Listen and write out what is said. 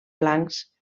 blancs